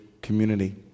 community